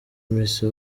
misa